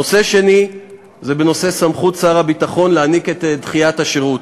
הנושא השני הוא סמכות שר הביטחון להעניק את דחיית השירות.